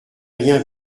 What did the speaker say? rien